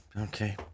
Okay